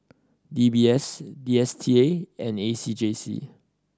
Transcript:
D B S D S T A and A C J C